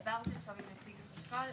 דיברתי עכשיו עם נציג החשכ"ל,